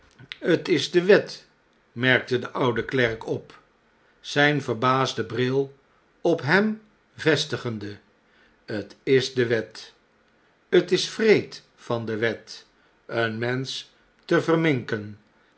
t is de w e t merkte de oude klerk op zjjn verbaasden bril ophemvestigende tlsde wet t is wreed van de wet een mensch te verminken